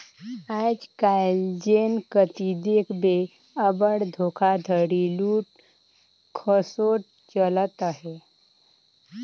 आएज काएल जेन कती देखबे अब्बड़ धोखाघड़ी, लूट खसोट चलत अहे